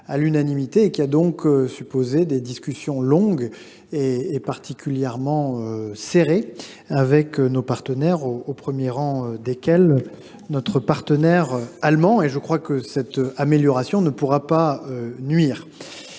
à l’unanimité et qui a donc supposé des discussions longues et particulièrement serrées avec nos partenaires, au premier rang desquels figurait notre voisin allemand. Je crois que cette évolution ne pourra pas nuire.